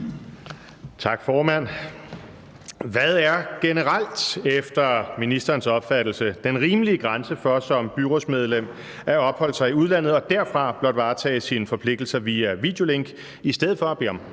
Tak, formand. Hvad er generelt efter ministerens opfattelse den rimelige grænse for som byrådsmedlem at opholde sig i udlandet og derfra blot varetage sine forpligtelser via videolink i stedet for at bede om